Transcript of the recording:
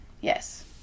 Yes